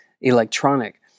electronic